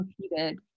repeated